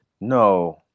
no